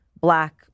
black